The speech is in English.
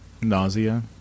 Nausea